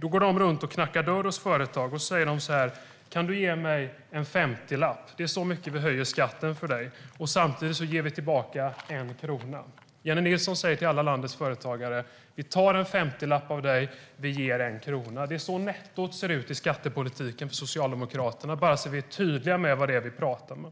De går runt och knackar dörr hos företag och säger så här: "Kan du ge mig en femtiolapp? Det är så mycket vi höjer skatten för dig. Samtidigt ger vi tillbaka en krona." Jennie Nilsson säger till alla landets företagare: "Vi tar en femtiolapp av dig. Vi ger en krona." Det är så nettot ser ut i skattepolitiken för Socialdemokraterna, bara så att vi är tydliga med vad vi talar om.